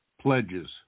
pledges